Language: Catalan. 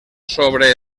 sobre